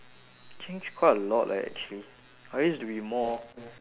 changed quite a lot leh actually I used to be more